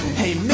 hey